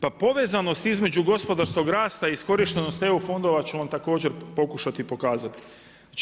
Pa povezanost između gospodarskog rasta i iskorištenost eu fondova ću vam također pokušati pokazati.